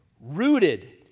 Rooted